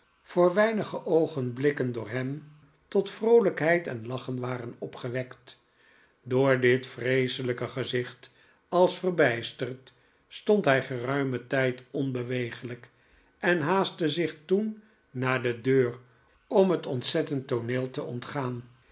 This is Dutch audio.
voor weinige oogenblikken door hem tot vroolijkheid en lachen waren opgewekt door dit vreeselijk gezicht als verbijsterd stondhij geruimen tijd onbewegelijk en haastte zich toen naar de deur om het ontzettend tooneel te ontgaan